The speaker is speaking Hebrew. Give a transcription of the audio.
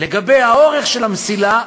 לגבי האורך של המסילה,